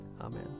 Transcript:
Amen